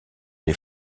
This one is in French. les